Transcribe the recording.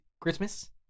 Christmas